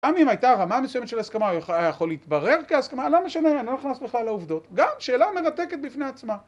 פעמים הייתה רמה מסוימת של הסכמה, היה יכול להתברר כהסכמה, לא משנה, אני לא נכנס בכלל לעובדות. גם שאלה מרתקת בפני עצמה.